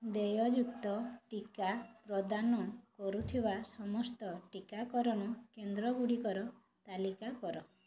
ଦେୟଯୁକ୍ତ ଟିକା ପ୍ରଦାନ କରୁଥିବା ସମସ୍ତ ଟିକାକରଣ କେନ୍ଦ୍ରଗୁଡ଼ିକର ତାଲିକା କର